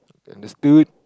understood